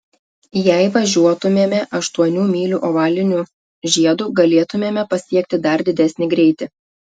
jei važiuotumėme aštuonių mylių ovaliniu žiedu galėtumėme pasiekti dar didesnį greitį